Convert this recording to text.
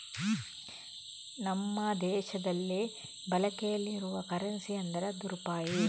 ನಮ್ಮ ದೇಶದಲ್ಲಿ ಬಳಕೆಯಲ್ಲಿ ಇರುವ ಕರೆನ್ಸಿ ಅಂದ್ರೆ ಅದು ರೂಪಾಯಿ